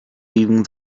leaving